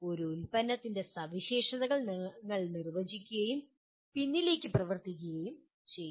ഒരു ഉൽപ്പന്നത്തിൻ്റെ സവിശേഷതകൾ നിങ്ങൾ നിർവചിക്കുകയും പിന്നിലേക്ക് പ്രവർത്തിക്കുകയും ചെയ്യുന്നു